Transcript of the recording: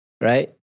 right